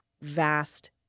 vast